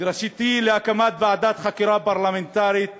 דרישתי להקמת ועדת חקירה פרלמנטרית